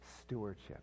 stewardship